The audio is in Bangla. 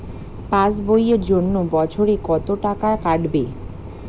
পাস বইয়ের জন্য বছরে কত টাকা কাটবে?